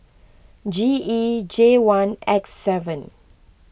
G E J one X seven